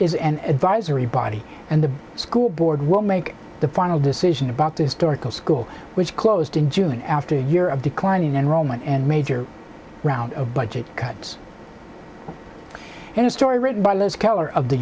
is an advisory body and the school board will make the final decision about this darko school which closed in june after a year of declining enrollment and major round of budget cuts and a story written by liz keller of the